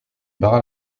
barra